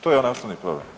To je onaj osnovni problem.